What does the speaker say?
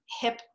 hip